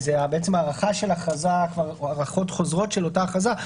זה בעצם הכרזות חוזרות של אותה הכרזה,